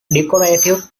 decorative